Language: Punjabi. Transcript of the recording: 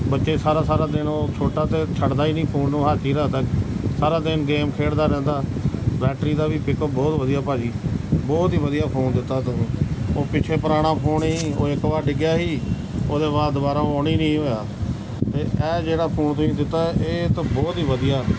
ਬੱਚੇ ਸਾਰਾ ਸਾਰਾ ਦਿਨ ਉਹ ਛੋਟਾ ਤਾਂ ਛੱਡਦਾ ਹੀ ਨਹੀਂ ਫੋਨ ਨੂੰ ਹੱਥ ਹੀ ਰੱਖਦਾ ਸਾਰਾ ਦਿਨ ਗੇਮ ਖੇਡਦਾ ਰਹਿੰਦਾ ਬੈਟਰੀ ਦਾ ਵੀ ਪਿਕਅੱਪ ਬਹੁਤ ਵਧੀਆ ਭਾਅ ਜੀ ਬਹੁਤ ਹੀ ਵਧੀਆ ਫੋਨ ਦਿੱਤਾ ਤੁਸੀਂ ਉਹ ਪਿੱਛੇ ਪੁਰਾਣਾ ਫੋਨ ਸੀ ਉਹ ਇੱਕ ਵਾਰ ਡਿੱਗਿਆ ਸੀ ਉਹਦੇ ਬਾਅਦ ਦੁਬਾਰਾ ਔਨ ਹੀ ਨਹੀਂ ਹੋਇਆ ਅਤੇ ਇਹ ਜਿਹੜਾ ਫੋਨ ਤੁਸੀਂ ਦਿੱਤਾ ਇਹ ਤਾਂ ਬਹੁਤ ਹੀ ਵਧੀਆ